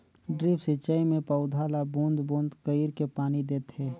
drip सिंचई मे पउधा ल बूंद बूंद कईर के पानी देथे